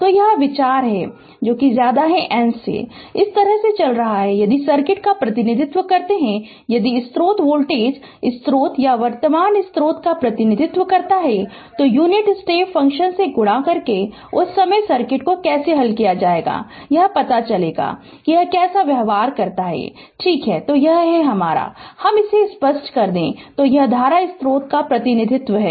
तो यह विचार है n इस तरह से चल रहा है यदि सर्किट का प्रतिनिधित्व करता है यदि स्रोत वोल्टेज स्रोत या वर्तमान स्रोत का प्रतिनिधित्व करता है तो यूनिटस्टेप फ़ंक्शन से गुणा करके उस समय सर्किट को कैसे हल किया जाएगा यह पता चलेगा कि यह कैसे व्यवहार करता है ठीक है तो यह है हमार हम इसे स्पष्ट कर दे तो यह धारा स्रोत का प्रतिनिधित्व है